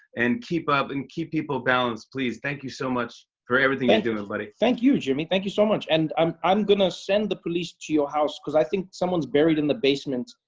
and keep up and keep people balanced, please. thank you so much for everything you're and doing, and buddy. thank you, jimmy. thank you so much. and um i'm gonna send the police to your house, cause i think someone's buried in the basement.